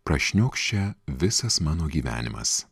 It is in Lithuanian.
prašniokščia visas mano gyvenimas